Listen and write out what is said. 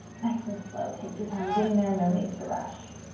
nice and slow, take your time getting there, no need to rush.